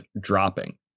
dropping